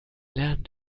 lernen